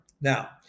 Now